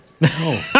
No